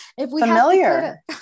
Familiar